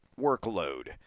workload